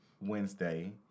Wednesday